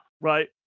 Right